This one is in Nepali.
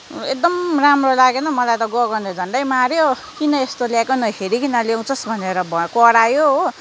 एकदम राम्रो लागेन मलाई त गगनले झन्डै मार्यो किन यस्तो ल्याएको नहेरिकिन ल्याउँछस् भनेर भ करायो हो